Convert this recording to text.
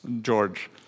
George